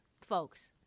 folks